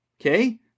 okay